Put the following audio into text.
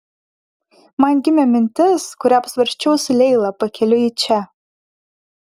man gimė mintis kurią apsvarsčiau su leila pakeliui į čia